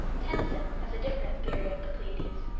tennyson has a different theory of the pleiads